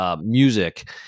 Music